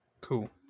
Cool